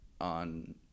on